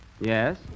Yes